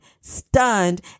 stunned